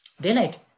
Daylight